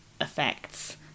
effects